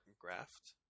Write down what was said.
graft